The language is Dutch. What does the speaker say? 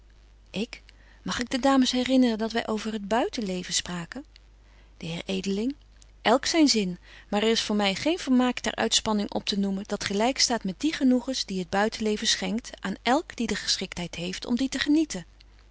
ik mag ik de dames herinneren dat wy over het buitenleven spraken de heer edeling elk zyn zin maar er is voor my geen vermaak ter uitspanning optenoemen dat gelyk staat met die genoegens die het buitenleven schenkt aan elk die de geschiktheid heeft om die te genieten